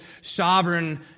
sovereign